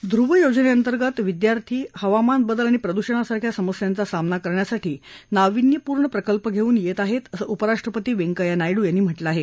ध्रुव योजने अंतर्गत विद्यार्थी हवामान बदल आणि प्रदूषणासारख्या समस्यांचा सामना करण्यासाठी नाविन्यपूर्ण प्रकल्प घेऊन येत आहेत असं उपराष्ट्रपति वेंकय्या नायडू यांनी म्हटलं आहे